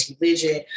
religion